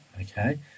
Okay